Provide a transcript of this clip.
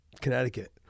Connecticut